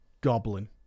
Goblin